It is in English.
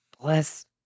bless